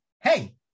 Hey